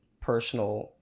personal